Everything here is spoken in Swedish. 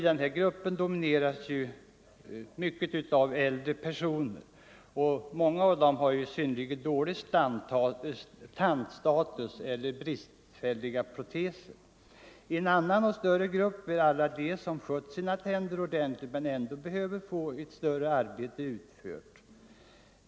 Den här gruppen domineras av äldre personer, och många av dem har synnerligen dålig tandstatus eller bristfälliga proteser. En annan och större grupp är alla de som har skött sina tänder ordentligt men ändå behöver ett större arbete utfört.